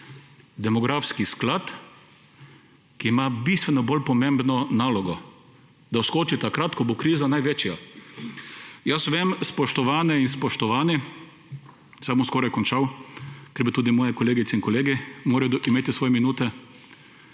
demografski sklad, ki ima bistveno bolj pomembno nalogo, da vskoči takrat, ko bo kriza največja. Jaz vem, spoštovane in spoštovani, saj bom skoraj končal, ker morajo tudi moje kolegice in kolegi imeti svoje minute,